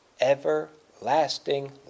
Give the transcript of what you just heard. everlasting